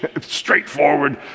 straightforward